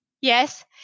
Yes